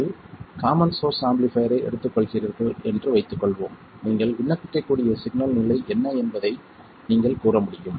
நீங்கள் common source ஆம்பிளிஃபைர்யை எடுத்துக்கொள்கிறீர்கள் என்று வைத்துக்கொள்வோம் நீங்கள் விண்ணப்பிக்கக்கூடிய சிக்னல் நிலை என்ன என்பதை நீங்கள் கூற முடியும்